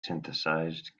synthesized